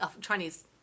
Chinese